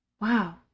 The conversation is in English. wow